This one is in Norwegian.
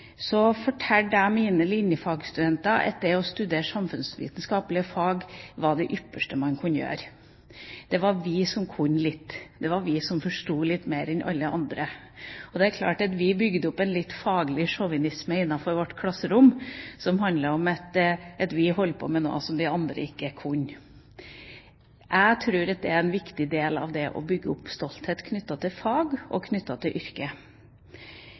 mine linjefagsstudenter at det å studere samfunnsvitenskapelige fag var det ypperste man kunne gjøre. Det var vi som kunne litt mer, det var vi som forstod litt mer enn alle andre. Vi bygde opp en liten, faglig sjåvinisme innenfor vårt klasserom, som handlet om at vi holdt på med noe som de andre ikke kunne. Jeg tror at det er en viktig del av det å bygge opp stolthet knyttet til fag og knyttet til